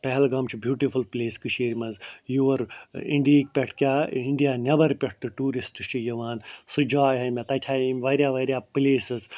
پہلگام چھِ beautiful place کٔشیٖرِ منٛز یور اِنٛڈِیاہٕکۍ پٮ۪ٹھ کیٛاہ اِنٛڈِیا نٮ۪بَر پٮ۪ٹھ تہِ ٹوٗرِسٹ چھِ یِوان سُہ جاے ہایہِ مےٚ تَتہِ ہایہِ أمۍ واریاہ واریاہ پٕلیسٕز